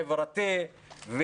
חברתי,